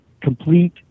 complete